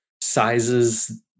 sizes